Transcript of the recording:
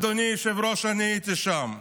אדוני היושב-ראש, אני הייתי שם.